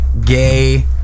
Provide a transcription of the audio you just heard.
gay